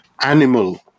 animal